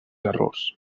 errors